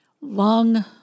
lung